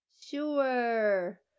Sure